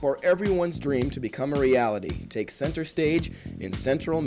for everyone's dream to become reality take center stage in central